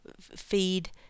feed